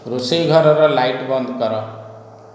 ରୋଷେଇ ଘରର ଲାଇଟ୍ ବନ୍ଦ କର